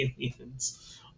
aliens